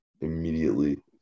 immediately